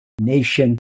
nation